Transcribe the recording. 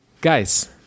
Guys